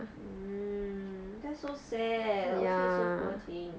mm that's so sad 欧萱 so poor thing